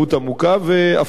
והפך את הדיון,